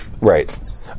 Right